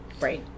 right